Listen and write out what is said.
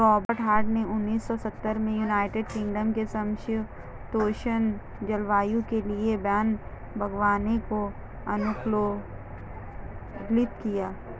Robert Hart ने उन्नीस सौ सत्तर में यूनाइटेड किंगडम के समषीतोष्ण जलवायु के लिए वैन बागवानी को अनुकूलित किया